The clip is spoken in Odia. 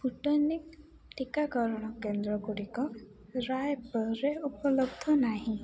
ସ୍ପୁଟନିକ୍ ଟିକାକରଣ କେନ୍ଦ୍ରଗୁଡ଼ିକ ରାୟପୁରରେ ଉପଲବ୍ଧ ନାହିଁ